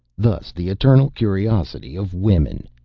thus the eternal curiosity of women!